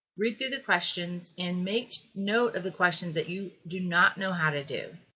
read through the questions and make note of the questions that you do not know how to do.